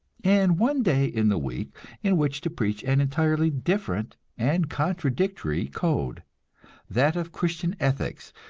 and one day in the week in which to preach an entirely different and contradictory code that of christian ethics,